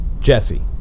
Jesse